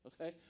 okay